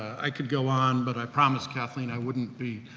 i could go on, but i promised kathleen, i wouldn't be,